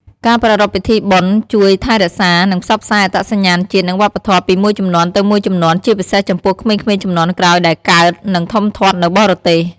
ការប្រារព្ធពិធីបុណ្យជួយថែរក្សា និងផ្សព្វផ្សាយអត្តសញ្ញាណជាតិ និងវប្បធម៌ពីមួយជំនាន់ទៅមួយជំនាន់ ជាពិសេសចំពោះក្មេងៗជំនាន់ក្រោយដែលកើត និងធំធាត់នៅបរទេស។